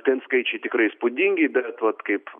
ten skaičiai tikrai įspūdingi bet vat kaip